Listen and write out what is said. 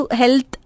health